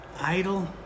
idle